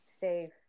safe